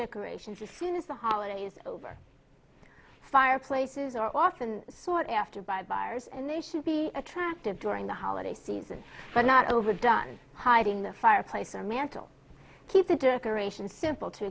decorations as soon as the holidays are over fireplaces are often sought after by buyers and they should be attractive during the holiday season but not over done hiding the fireplace or mantle keep the decoration simple to